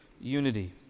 Unity